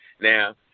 Now